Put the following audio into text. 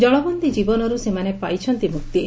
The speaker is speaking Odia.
କଳବନ୍ଦୀ ଜୀବନରୁ ସେମାନେ ପାଇଛନ୍ତି ମୁକ୍ତି